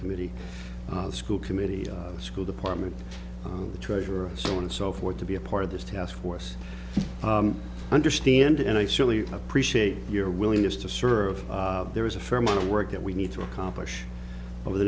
committee school committee school department treasurer so on and so forth to be a part of this taskforce understand and i certainly appreciate your willingness to serve there is a fair amount of work that we need to accomplish over the